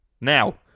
Now